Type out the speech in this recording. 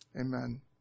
Amen